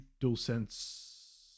DualSense